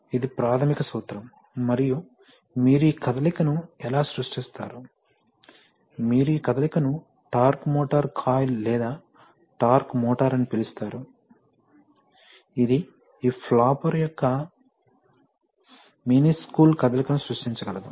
ఇది ప్రాథమిక సూత్రం మరియు మీరు ఈ కదలికను ఎలా సృష్టిస్తారు మీరు ఈ కదలికను టార్క్ మోటార్ కాయిల్ లేదా టార్క్ మోటారుఅని పిలుస్తారు ఇది ఈ ఫ్లాపర్ యొక్క మినుస్క్యూల్ కదలికను సృష్టించగలదు